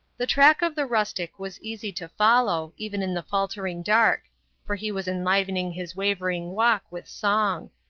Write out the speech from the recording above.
the track of the rustic was easy to follow, even in the faltering dark for he was enlivening his wavering walk with song.